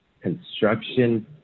construction